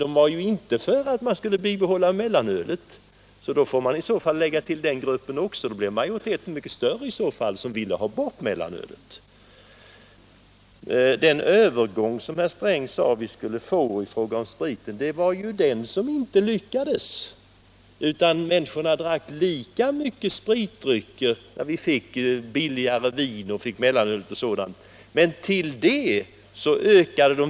De var alltså inte för att mellanölet skulle bibehållas. Därför får man lägga till den gruppen också, och då blir det en ännu större majoritet som ville ha bort mellanölet. Herr Sträng sade att vi skulle få en övergång i fråga om spriten. Det var ju det som inte lyckades —- människorna drack lika mycket spritdrycker när vi fick billigare vin, mellanöl och sådant.